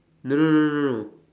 no no no no no